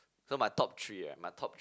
so my top three ah my top